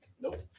Nope